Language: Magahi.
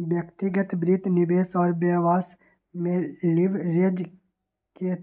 व्यक्तिगत वित्त, निवेश और व्यवसाय में लिवरेज के